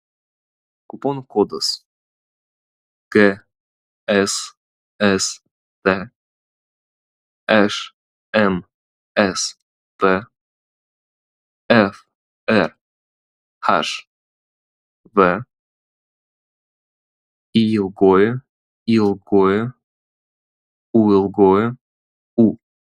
kupono kodas gsst šmsp frhv yyūu